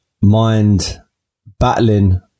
mind-battling